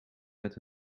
met